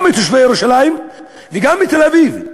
גם מתושבי ירושלים וגם מתל-אביב.